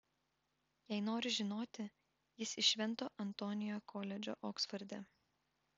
jei nori žinoti jis iš švento antonio koledžo oksforde